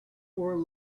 poor